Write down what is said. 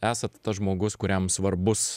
esat tas žmogus kuriam svarbus